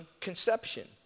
conception